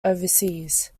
overseas